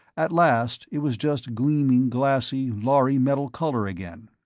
at last it was just gleaming glassy lhari-metal color again.